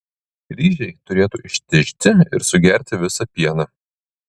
ryžiai turėtų ištižti ir sugerti visą pieną